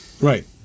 right